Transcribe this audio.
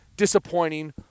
disappointing